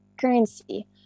currency